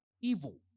evil